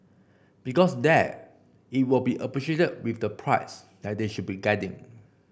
because there it will be appreciated with the price that they should be getting